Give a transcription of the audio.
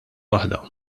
waħda